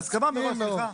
להסכמה מראש.